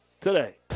today